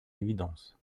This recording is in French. évidence